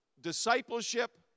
discipleship